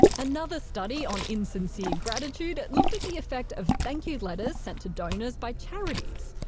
another study on insincere gratitude looked at the effect of thank you letters sent to donors by charities.